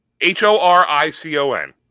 H-O-R-I-C-O-N